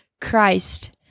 Christ